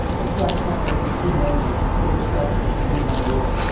the slack channel isn't too noisy to distract me from doing my work.